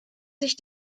sich